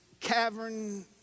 cavern